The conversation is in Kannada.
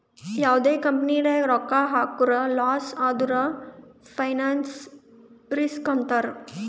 ಯಾವ್ದೇ ಕಂಪನಿ ನಾಗ್ ರೊಕ್ಕಾ ಹಾಕುರ್ ಲಾಸ್ ಆದುರ್ ಫೈನಾನ್ಸ್ ರಿಸ್ಕ್ ಅಂತಾರ್